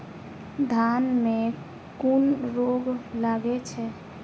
धान में कुन रोग लागे छै?